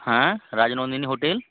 হ্যাঁ রাজনন্দিনী হোটেল